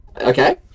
Okay